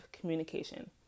communication